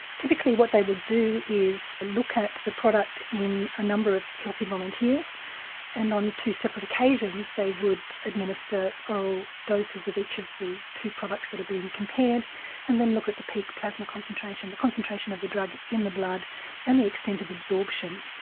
typically what they would do is look at the product in a number of healthy volunteers and on two separate occasions they would administer oral doses of each of the two products that are being compared and then look at the peak plasma concentration of the drug in the blood and the extent of absorption.